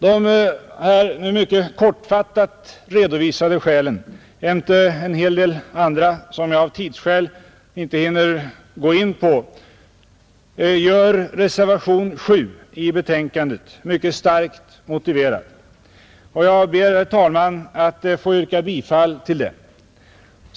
De nu mycket kortfattat redovisade skälen jämte en hel del andra, som jag av tidsskäl inte hinner gå in på, gör att reservationen 7 är mycket starkt motiverad, och jag ber, herr talman, att få yrka bifall till den.